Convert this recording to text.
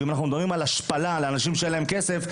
ואם אנחנו מדברים על השפלה לאנשים שאין להם כסף,